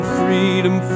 freedom